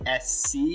sc